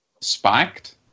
spiked